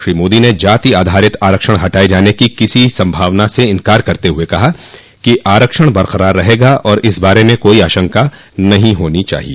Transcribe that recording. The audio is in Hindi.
श्री मोदी ने जाति आधारित आरक्षण हटाये जाने की किसी संभावना से इनकार करते हुए कहा कि आरक्षण बरकरार रहेगा और इस बारे में कोई आशंका नहीं होनी चाहिए